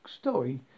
story